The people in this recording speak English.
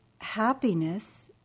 happiness